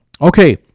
Okay